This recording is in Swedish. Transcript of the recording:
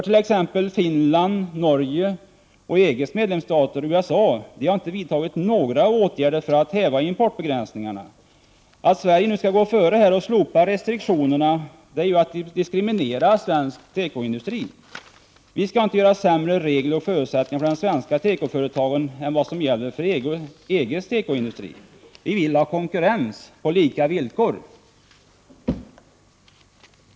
T.ex Finland, Norge, EG:s medlemsstater och USA har inte vidtagit några åtgärder för att häva importbegränsningarna. Att Sverige nu skall gå före och slopa restriktionerna är att diskriminera svensk tekoindustri. Vi skall inte skapa sämre regler och förutsättningar för de svenska tekoföretagen än vad som gäller för EG:s tekoindustri. Vi vill ha konkurrens på lika villkor.